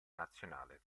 nazionale